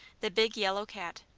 the big yellow cat.